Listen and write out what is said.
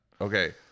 Okay